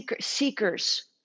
seekers